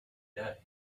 day